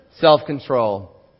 Self-control